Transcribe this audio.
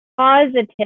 positive